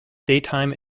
daytime